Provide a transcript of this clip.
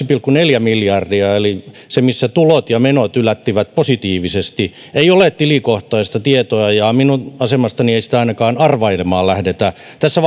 pilkku neljästä miljardista eli siitä missä tulot ja menot yllättivät positiivisesti ei ole tilikohtaista tietoa ja minun asemastani sitä ei ainakaan arvailemaan lähdetä tässä